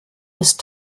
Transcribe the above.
ist